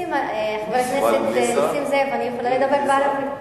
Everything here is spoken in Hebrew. חבר הכנסת נסים זאב, אני יכולה לדבר בערבית?